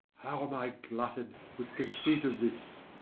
how am i glutted with conceit of this!